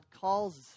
calls